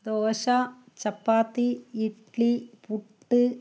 dosa chapati idli puttu